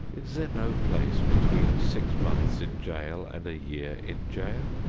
is there no place between six months in jail and a year in jail?